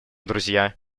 друзья